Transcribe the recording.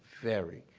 very,